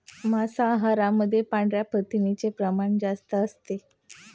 मांसाहारामध्ये पांढऱ्या प्रथिनांचे प्रमाण जास्त असते